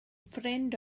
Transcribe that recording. ffrind